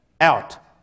Out